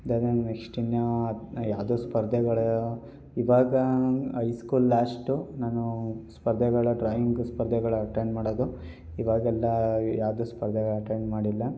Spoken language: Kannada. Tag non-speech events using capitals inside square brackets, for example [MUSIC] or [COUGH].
[UNINTELLIGIBLE] ನೆಕ್ಸ್ಟ್ ಇನ್ಯಾವುದ್ಯಾವುದೋ ಸ್ಪರ್ಧೆಗಳು ಈವಾಗ ಐ ಸ್ಕೂಲ್ ಲಾಸ್ಟು ನಾನೂ ಸ್ಪರ್ಧೆಗಳ ಡ್ರಾಯಿಂಗ್ ಸ್ಪರ್ಧೆಗಳ ಅಟೆಂಡ್ ಮಾಡೋದು ಈವಾಗೆಲ್ಲ ಯಾವುದೇ ಸ್ಪರ್ಧೆಗಳ ಅಟೆಂಡ್ ಮಾಡಿಲ್ಲ